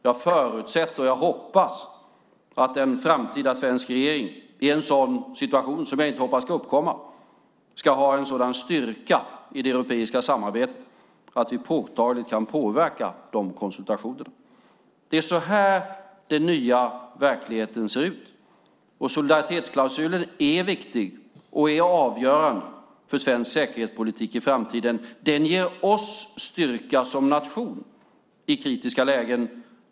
Jag förutsätter - jag hoppas - att en framtida svensk regering i en sådan situation som jag inte hoppas ska uppkomma ska ha en sådan styrka i det europeiska samarbetet att vi påtagligt kan påverka dessa konsultationer. Det är så här den nya verkligheten ser ut. Solidaritetsklausulen är viktig och avgörande för svensk säkerhetspolitik i framtiden. Den ger oss styrka som nation i kritiska lägen.